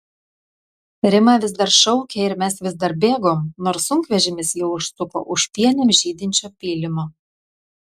rima vis dar šaukė ir mes vis dar bėgom nors sunkvežimis jau užsuko už pienėm žydinčio pylimo